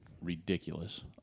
ridiculous